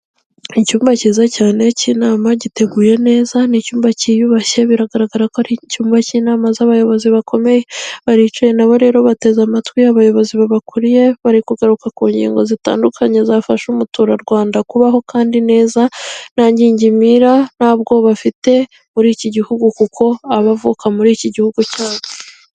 Icyumba cyiza cyane cy'inama giteguye neza, ni icyumba cyiyubashye biragaragara ko ari icyumba cy'inama z'abayobozi bakomeye, baricaye nabo rero bateze amatwi abayobozi babakuriye, bari kugaruka ku ngingo zitandukanye zafasha umuturarwanda kubaho kandi neza nta ngingimira, nta bwoba afite, muri iki gihugu kuko abavuka muri iki gihugu cyabo.